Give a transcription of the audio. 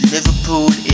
Liverpool